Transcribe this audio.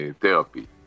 therapy